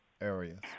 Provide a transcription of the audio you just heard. areas